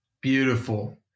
Beautiful